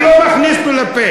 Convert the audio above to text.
אני לא מכניס לו לפה.